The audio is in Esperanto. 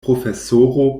profesoro